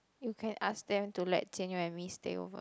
you can ask them to let Jian-You and me stay over